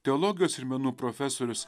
teologijos ir menų profesorius